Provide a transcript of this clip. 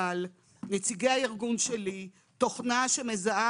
נציגי הארגון שלי הציגו תוכנה שמזהה